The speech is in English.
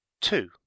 Two